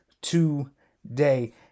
today